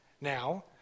now